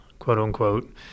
quote-unquote